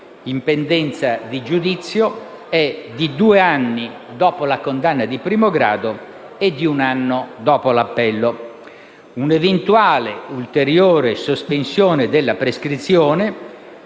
di giudizio è di due anni dopo la condanna di primo grado e di un anno dopo l'appello. Una eventuale ulteriore sospensione della prescrizione